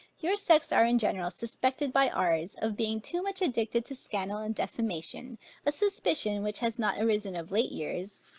your sex are in general suspected by ours, of being too much addicted to scandal and defamation a suspicion, which has not arisen of late years,